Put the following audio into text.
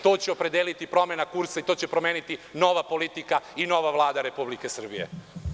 To će opredeliti promena kursa i to će promeniti nova politika i nova Vlada Republike Srbije.